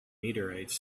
meteorites